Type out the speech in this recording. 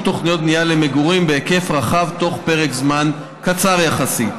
תוכניות בנייה למגורים בהיקף רחב בתוך פרק זמן קצר יחסית.